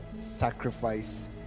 sacrifice